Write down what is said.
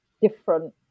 different